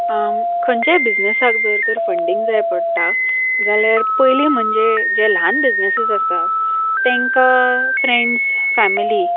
खंयच्याय बिझनेसाक जर तर फंडींग जाय पडटा जाल्यार पयलीं म्हणजे जे ल्हान बिझनेसीस आसता तेंकां फ्रँड्स फॅमिली